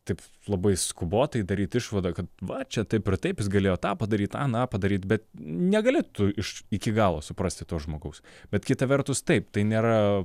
taip labai skubotai daryt išvadą kad va čia taip ir taip jis galėjo tą padaryt aną padaryt bet negalėtų iš iki galo suprasti to žmogaus bet kita vertus taip tai nėra